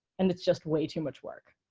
and it's just way too much work.